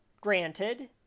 granted